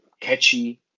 catchy